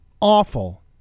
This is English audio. awful